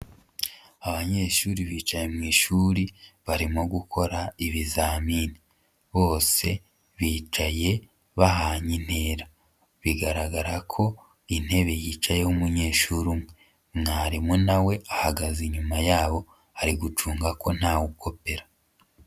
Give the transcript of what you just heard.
Abanyeshuri bicaye mu ishuri barimo gukora ibizamini, bose bicaye bahanye intera, bigaragara ko intebe yicayeho umunyeshuri umwe, mwarimu na we ahagaze inyuma yabo ari gucunga ko ntawe ukopera.